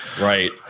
Right